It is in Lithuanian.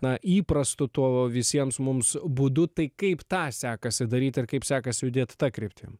na įprastu tuo visiems mums būdu tai kaip tą sekasi daryti ar kaip sekasi judėti ta kryptim